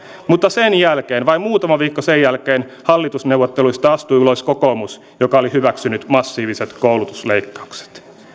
mutta sen jälkeen vain muutama viikko sen jälkeen hallitusneuvotteluista astui ulos kokoomus joka oli hyväksynyt massiiviset koulutusleikkaukset